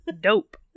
dope